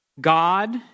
God